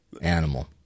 animal